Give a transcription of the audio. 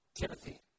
Timothy